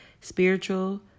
spiritual